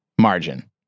margin